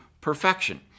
perfection